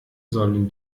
sollen